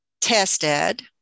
tested